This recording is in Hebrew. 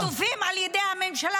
חטופים על יד הממשלה.